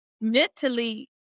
mentally